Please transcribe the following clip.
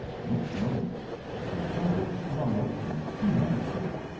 next moment the door was flung open and two men appeared,